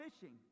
fishing